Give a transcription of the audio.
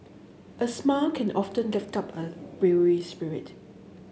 a smile can often lift up a weary spirit